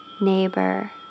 neighbor